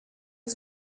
est